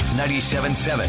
97.7